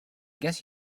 guess